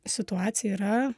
situacija yra